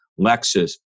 Lexus